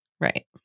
right